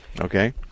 Okay